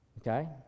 okay